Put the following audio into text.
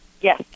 Yes